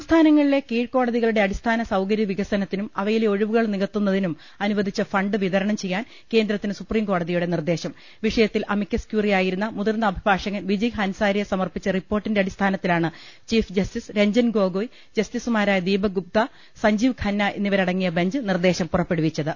സംസ്ഥാനങ്ങളിലെ കീഴ്ക്കോടതികളുടെ അടിസ്ഥാന സൌകര്യ വികസനത്തിനും അവയിലെ ഒഴിവുകൾ നികത്തുന്നതിനും അനുവദിച്ചു ഫണ്ട് വിതരണം ചെയ്യാൻ കേന്ദ്രത്തിന് സുപ്രിംകോടതിയുടെ നിർദ്ദേശം വിഷയത്തിൽ അമിക്കസ് ക്യൂറിയായിരുന്ന മുതിർന്ന അഭിഭാഷകൻ വിജയ് ഹൻസാരിയ സമർപ്പിച്ച റിപ്പോർട്ടിന്റെ അടിസ്ഥാനത്തിലാണ് ചീഫ് ജസ്റ്റിസ് രഞജൻ ഗൊഗോയ് ജസ്റ്റിസുമാരായ ദീപക് ഗുപ്ത സഞ്ജീവ് ഖന്ന എന്നിവരടങ്ങിയ ബഞ്ച് നിർദ്ദേശം പുറപ്പെടുവിച്ചത്